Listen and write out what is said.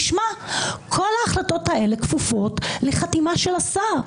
כל ההחלטות האלה כפופות לחתימה של השר,